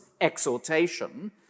exhortation